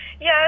Yes